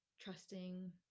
trusting